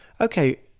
Okay